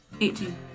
Eighteen